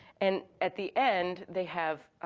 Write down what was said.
and at the end, they have